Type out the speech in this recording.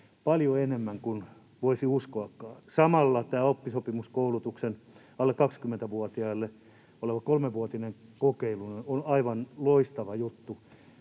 paljon enemmän kuin voisi uskoakaan. Samalla tämä oppisopimuskoulutuksen alle 20-vuotiaille oleva kolmevuotinen kokeilu on aivan loistava juttu.